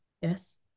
Yes